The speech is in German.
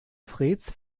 freds